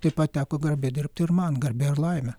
taip pat teko garbė dirbti ir man garbė ir laimė